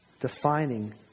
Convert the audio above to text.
defining